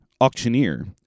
auctioneer